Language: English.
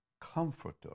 comforter